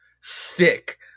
Sick